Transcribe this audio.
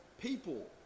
people